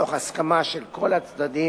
ותוך הסכמה של כל הצדדים,